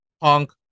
Punk